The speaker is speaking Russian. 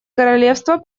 королевство